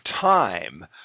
time